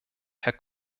herr